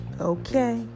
okay